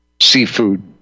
seafood